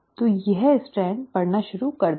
तो यह स्ट्रैंड पढ़ना शुरू कर देगा